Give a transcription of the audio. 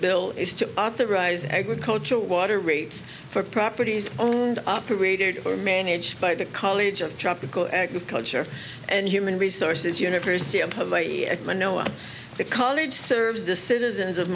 bill is to authorize agricultural water rates for properties owned operated or managed by the college of tropical agriculture and human resources university of publicly at manoa the college serves the citizens of